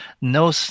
no